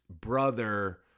brother